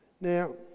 Now